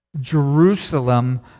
Jerusalem